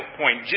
point